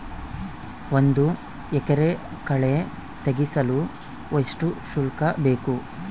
ಒಂದು ಎಕರೆ ಕಳೆ ತೆಗೆಸಲು ಎಷ್ಟು ಶುಲ್ಕ ಬೇಕು?